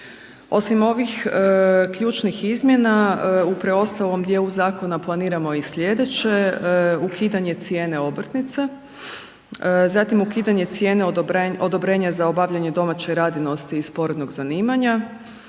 Osim ovih ključnih izmjena, u preostalom dijelu zakona planiramo i sljedeće, ukidanje cijene obrtnice, zatim ukidanje cijene odobrenja za obavljanje domaće radinosti i sporednog zanimanja,